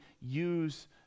use